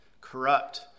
corrupt